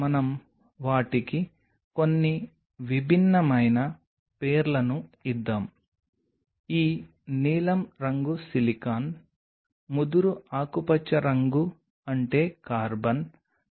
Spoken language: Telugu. మేము వాటిని 2 విస్తృత వర్గాలుగా పేర్కొన్నందున వాటిని వర్గీకరిద్దాం సింథటిక్ మరియు సహజమైనది